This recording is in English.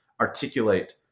articulate